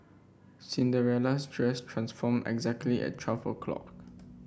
Cinderella's dress transformed exactly at twelve o'clock